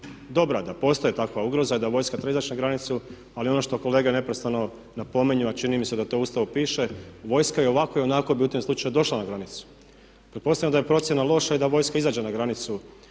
dobra, da postoji takva ugroza i da vojska treba izaći na granicu ali ono što kolege neprestano napominju, a čini mi se da to u Ustavu piše vojska i ovako i onako bi u tim slučajevima došla na granicu. Pretpostavimo da je procjena loša i da vojska izađe na granicu,